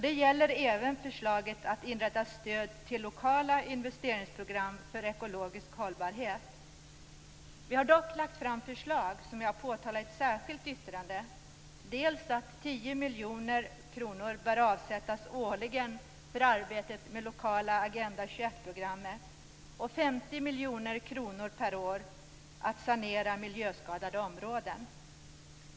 Det gäller även förslaget att inrätta stöd till lokala investeringsprogram för ekologisk hållbarhet. Vi har dock lagt fram förslag, som jag påtalat i ett särskilt yttrande, att 10 miljoner kronor årligen bör avsättas för arbetet med det lokala Agenda 21-programmet och 50 miljoner kronor per år för sanering av miljöskadade områden.